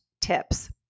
tips